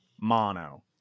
Mono